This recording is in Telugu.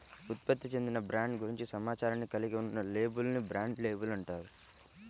ఉత్పత్తికి చెందిన బ్రాండ్ గురించి సమాచారాన్ని కలిగి ఉన్న లేబుల్ ని బ్రాండ్ లేబుల్ అంటారు